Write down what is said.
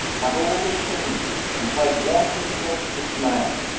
but, all the same, you have warned me against this man.